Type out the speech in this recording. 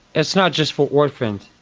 it's not just for orphans,